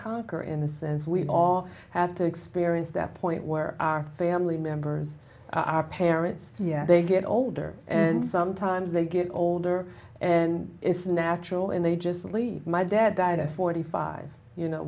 conquer in a sense we all have to experience that point where our family members our parents they get older and sometimes they get older and it's natural and they just leave my dad died at forty five you know